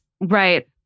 Right